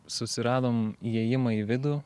susiradom įėjimą į vidų